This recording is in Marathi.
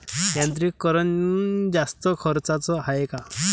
यांत्रिकीकरण जास्त खर्चाचं हाये का?